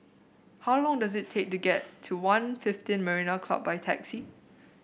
how long does it take to get to One fifteen Marina Club by taxi